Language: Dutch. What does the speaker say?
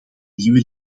nieuwe